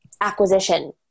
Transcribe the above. acquisition